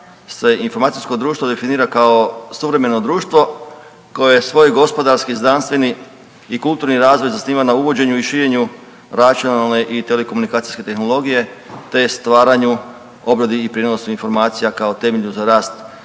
se informacijsko društvo definira kao suvremeno društvo koje je svoj gospodarski, znanstveni i kulturni razvoj zasniva na uvođenju i širenju računalne i telekomunikacijske tehnologije te stvaranju, obradi i prijenosu informacija kao temelju za rast